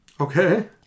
Okay